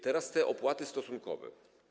Teraz te opłaty stosunkowe.